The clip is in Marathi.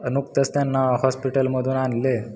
नुकतच त्यांना हॉस्पिटलमधून आणलं आहे